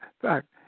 fact